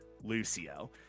Lucio